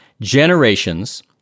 generations